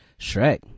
Shrek